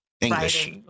English